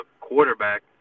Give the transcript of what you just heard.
quarterback